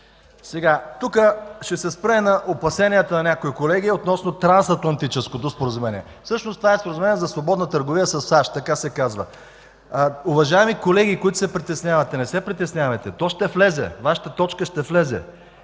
Тук ще се спра на опасенията на някои колеги относно Трансатлантическото споразумение. Всъщност това е споразумение за свободна търговия със САЩ. Така се казва. Уважаеми колеги, които се притеснявате, не се притеснявайте. То ще влезе. Вашата точка ще влезе